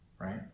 Right